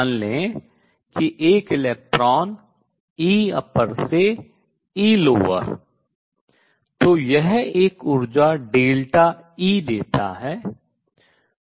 मान लें कि एक इलेक्ट्रॉन Eupper से Elower तो यह एक ऊर्जा E डेल्टा ई देता है